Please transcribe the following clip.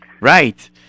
Right